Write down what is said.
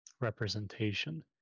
representation